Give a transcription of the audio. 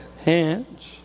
hands